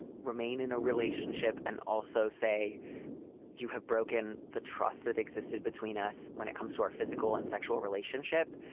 remain in a relationship and also say you have broken the trust that existed between us when it comes to our physical and sexual relationship.